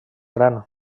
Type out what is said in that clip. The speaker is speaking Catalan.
gran